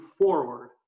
forward